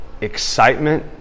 excitement